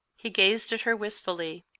he gazed at her wistfully.